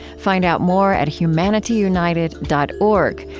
find out more at humanityunited dot org,